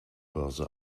börse